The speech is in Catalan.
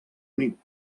únic